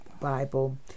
Bible